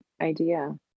idea